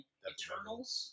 Eternals